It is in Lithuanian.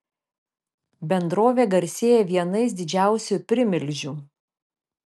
bendrovė garsėja vienais didžiausių primilžių